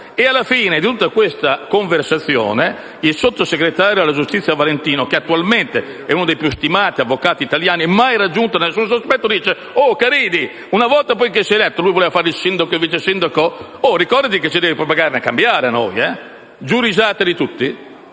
Alla fine di tutta questa conversazione, il sottosegretario alla giustizia Valentino, che attualmente è uno dei più stimati avvocati italiani, mai raggiunto da alcun sospetto, dice: Caridi, una volta eletto - lui voleva fare il sindaco o il vicesindaco - ricordati che a noi devi pagare una cambiale! E giù risate da